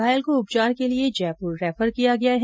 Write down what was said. घायल को उपचार के लिए जयपुर रेफर किया गया है